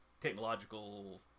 technological